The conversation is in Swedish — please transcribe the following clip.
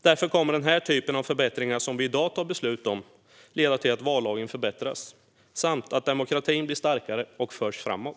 Därför kommer den typ av förbättringar som vi i dag tar beslut om att leda till att vallagen förbättras samt att demokratin blir starkare och förs framåt.